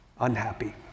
Unhappy